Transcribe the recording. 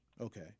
Okay